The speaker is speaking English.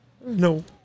No